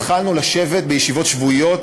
החלטנו לשבת בישיבות שבועיות.